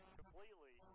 completely